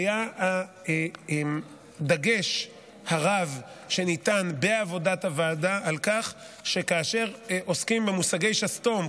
היה הדגש הרב שניתן בעבודת הוועדה על כך שכאשר שעוסקים במושגי שסתום,